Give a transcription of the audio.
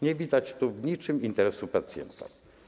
Nie widać tu w niczym interesu pacjenta.